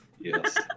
Yes